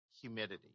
humidity